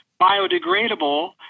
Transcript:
biodegradable